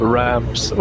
ramps